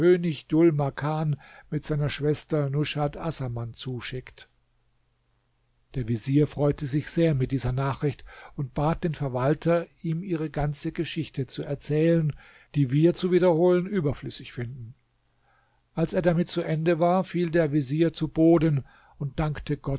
mit seiner schwester nushat assaman zuschickt der vezier freute sich sehr mit dieser nachricht und bat den verwalter ihm ihre ganze geschichte zu erzählen die wir zu wiederholen überflüssig finden als er damit zu ende war fiel der vezier zu boden und dankte